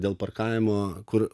dėl parkavimo kur